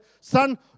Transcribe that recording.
Son